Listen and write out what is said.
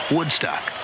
Woodstock